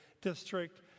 district